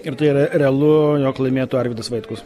ir tai yra realu jog laimėtų arvydas vaitkus